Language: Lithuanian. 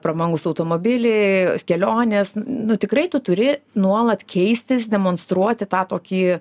prabangūs automobiliai kelionės nu tikrai tu turi nuolat keistis demonstruoti tą tokį